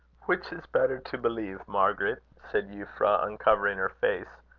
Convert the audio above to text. which is better to believe, margaret, said euphra, uncovering her face,